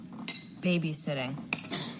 babysitting